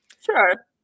Sure